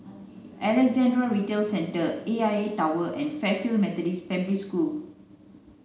Alexandra Retail Centre A I A Tower and Fairfield Methodist School